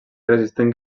resistent